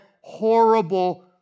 horrible